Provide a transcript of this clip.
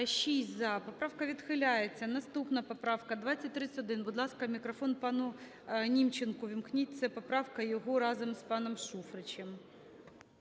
За-6 Поправка відхиляється. Наступна поправка – 2031. Будь ласка, мікрофон пану Німченку увімкніть, це поправка його разом з паном Шуфричем.